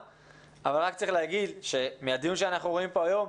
אבל רק צריך להגיד שמהדיון שאנחנו רואים פה היום,